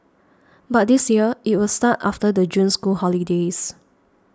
but this year it will start after the June school holidays